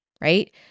right